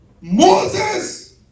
Moses